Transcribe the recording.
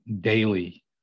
daily